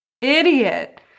Idiot